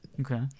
Okay